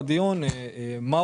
הלאה.